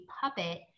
puppet